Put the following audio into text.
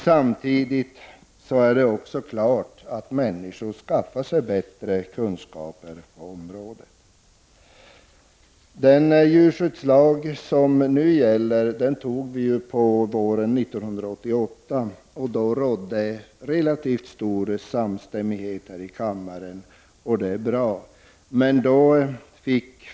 Samtidigt står det klart att människor skaffar sig bättre kunskaper på området. Den djurskyddslag som nu gäller antog riksdagen våren 1988 under relativt stor samstämmighet här i kammaren, och det var bra.